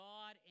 God